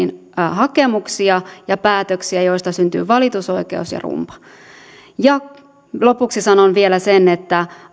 hakemuksia ja päätöksiä joista syntyy valitusoikeus ja rumba lopuksi sanon vielä sen että